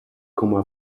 komma